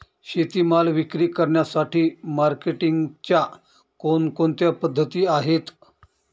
शेतीमाल विक्री करण्यासाठी मार्केटिंगच्या कोणकोणत्या पद्धती आहेत?